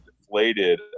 deflated